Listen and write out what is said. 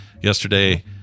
yesterday